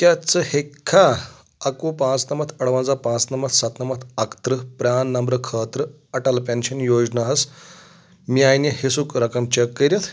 کیٛاہ ژٕ ہیٚکھا اَکوُہ پانژھ نٛمتھ ارونزاہ پانژھ نٛمتھ ستنمتھ اکترٕہ پران نمبر خٲطرٕ اٹل پینشن یوجناہَس میٚانہِ حصُک رقم چیک کٔرِتھ